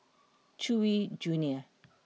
Chewy Junior